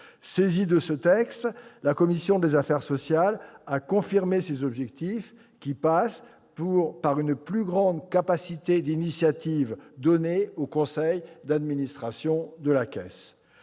Saisie de ce texte, la commission des affaires sociales a confirmé ces objectifs. Leur atteinte suppose qu'une plus grande capacité d'initiative soit donnée au conseil d'administration de la Caisse.